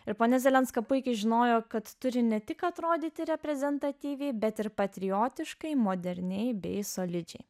ir ponia zelenska puikiai žinojo kad turi ne tik atrodyti reprezentatyviai bet ir patriotiškai moderniai bei solidžiai